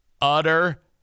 Utter